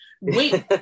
wait